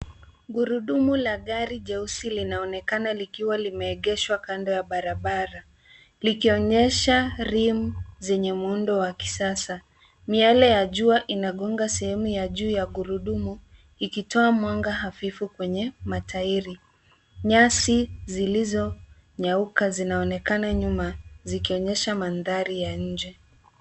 Gurudumu la gari jeusi linaonekana likiwa limeegeshwa kando ya barabara, likionyesha rimu zenye muundo wa kisasa, miale ya jua inagonga sehemu ya juu ya gurudumu ikitoa mwanga hafifu kwenye matairi. Nyasi zilizonyauka zinaonekana nyuma zikionyesha mandhari ya nje.